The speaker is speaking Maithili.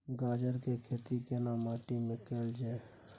गाजर के खेती केना माटी में कैल जाए?